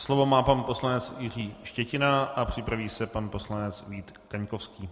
Slovo má pan poslanec Jiří Štětina a připraví se pan poslanec Vít Kaňkovský.